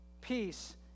peace